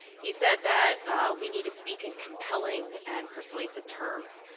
he said that we need to speak in compelling and persuasive terms.